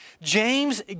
James